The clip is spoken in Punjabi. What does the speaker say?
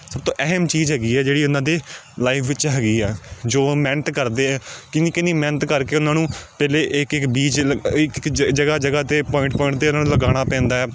ਸਭ ਤੋਂ ਅਹਿਮ ਚੀਜ਼ ਹੈਗੀ ਹੈ ਜਿਹੜੀ ਉਹਨਾਂ ਦੀ ਲਾਈਫ ਵਿੱਚ ਹੈਗੀ ਆ ਜੋ ਮਿਹਨਤ ਕਰਦੇ ਆ ਕਿੰਨੀ ਕਿੰਨੀ ਮਿਹਨਤ ਕਰਕੇ ਉਹਨਾਂ ਨੂੰ ਪਹਿਲੇ ਇੱਕ ਇੱਕ ਬੀਜ ਲ ਇੱਕ ਇੱਕ ਜ ਜਗ੍ਹਾ ਜਗ੍ਹਾ 'ਤੇ ਪੁਆਇੰਟ ਪੁਆਇੰਟ 'ਤੇ ਉਹਨਾਂ ਨੂੰ ਲਗਾਉਣਾ ਪੈਂਦਾ